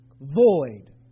void